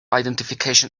identification